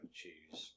choose